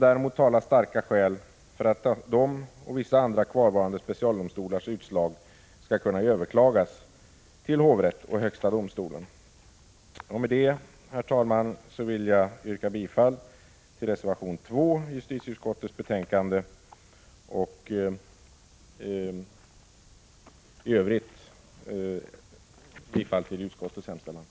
Däremot talar starka skäl för att dessa och vissa andra kvarvarande specialdomstolars utslag skall kunna överklagas till hovrätt och högsta domstolen. Herr talman! Med detta vill jag yrka bifall till reservation 2 i justitieutskottets betänkande och i övrigt till utskottets hemställan.